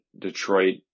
Detroit